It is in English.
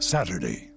Saturday